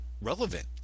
relevant